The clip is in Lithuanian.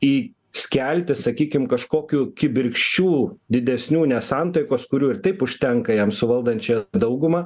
i skelti sakykim kažkokių kibirkščių didesnių nesantaikos kurių ir taip užtenka jam su valdančią daugumą